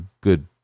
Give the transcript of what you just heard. good